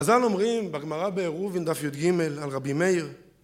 חז"ל אומרים, בגמרא בעירובין, דף יוד גימל, על רבי מאיר...